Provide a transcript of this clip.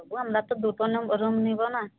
তবু আমরা তো দুটো নেব রুম নেব না